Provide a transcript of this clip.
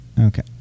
Okay